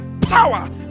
power